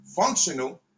Functional